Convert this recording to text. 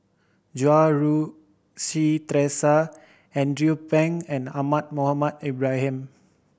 Goh Rui Si Theresa Andrew Phang and Ahmad Mohamed Ibrahim